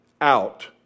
out